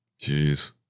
Jeez